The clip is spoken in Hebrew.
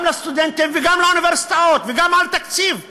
גם לסטודנטים וגם לאוניברסיטאות וגם ביחס לתקציב החינוך?